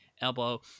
elbow